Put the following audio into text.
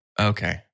Okay